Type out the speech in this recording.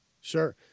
Sure